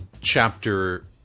chapter